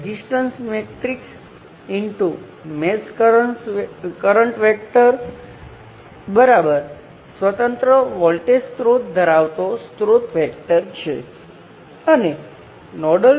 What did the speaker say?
ધારો કે તમારી પાસે N શાખાઓ સાથે નોડ છે હું તેમને 1 2 3 N 1 N કહું છું અને તેમાંથી એક પાસે આ દિશામાં વોલ્ટેજ સ્ત્રોત v નૉટ છે